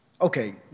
Okay